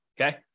Okay